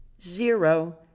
zero